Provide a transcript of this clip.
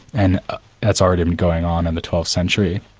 and that's already going on in the twelfth century.